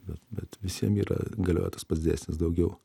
bet bet visiem yra galioja tas pats dėsnis daugiau